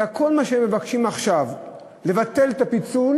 אלא שכל מה שהם מבקשים עכשיו זה לבטל את הפיצול,